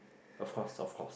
of course of course